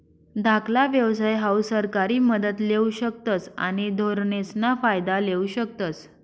धाकला व्यवसाय हाऊ सरकारी मदत लेवू शकतस आणि धोरणेसना फायदा लेवू शकतस